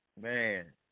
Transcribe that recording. Man